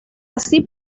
así